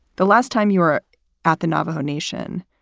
the last time you were ah at the navajo nation,